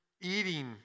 eating